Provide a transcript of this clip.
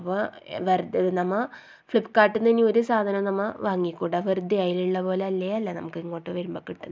അപ്പം വെറുതെ നമ്മൾ ഫ്ലിപ്പ്കാർട്ടിൽ നിന്ന് ഒരു സാധനവും നമ്മൾ വാങ്ങിക്കൂട വെറുതെ അതിലുള്ളത് പോലെ അല്ലേ അല്ല നമുക്ക് ഇങ്ങോട്ട് വരുമ്പം കിട്ടുന്നത്